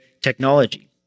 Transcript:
technology